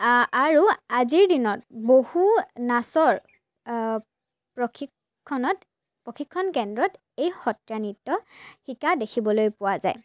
আৰু আজিৰ দিনত বহু নাচৰ প্ৰশিক্ষণত প্ৰশিক্ষণ কেন্দ্ৰত এই সত্ৰীয়া নৃত্য শিকা দেখিবলৈ পোৱা যায়